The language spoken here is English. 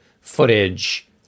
footage